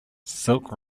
silk